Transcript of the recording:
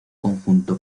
conjunto